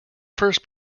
first